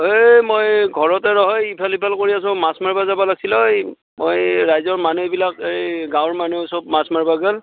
এই মই ঘৰতে নহয় ইফাল সিফাল কৰি আছোঁ মাছ মাৰিব যাব লাগছিল ঐ মই ৰাইজক মানুহবিলাক এই গাঁৱৰ মানুহ সব মাছ মাৰিব গ'ল